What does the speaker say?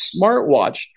smartwatch